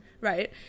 right